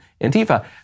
Antifa